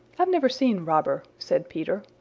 i've never seen robber, said peter.